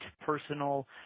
personal